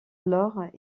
alors